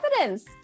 evidence